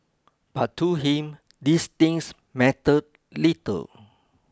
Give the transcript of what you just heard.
but to him these things mattered little